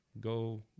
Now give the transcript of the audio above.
Go